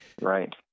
Right